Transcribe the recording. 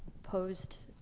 posed,